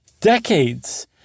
decades